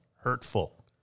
hurtful